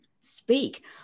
speak